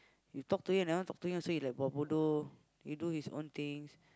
you talk to him never talk to him he also like buat bodoh he do his own things